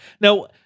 Now